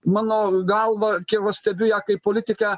mano galva kiek va stebiu ją kaip politikę